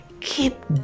keep